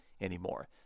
anymore